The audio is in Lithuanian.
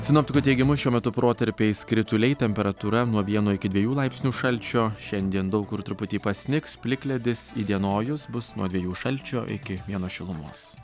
sinoptikų teigimu šiuo metu protarpiais krituliai temperatūra nuo vieno iki dviejų laipsnių šalčio šiandien daug kur truputį pasnigs plikledis įdienojus bus nuo dviejų šalčio iki vieno šilumos